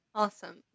awesome